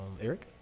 Eric